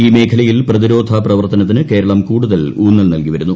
ഈ മേഖലയിൽ പ്രതിരോധ പ്രവർത്തനത്തിന് കേരളം കൂടുതൽ ഊന്നൽ നൽകി വരുന്നു